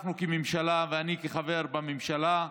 אנחנו כממשלה ואני כחבר בממשלה,